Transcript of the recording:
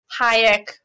Hayek